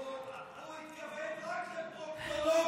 הוא התכוון רק לפרוקטולוגים.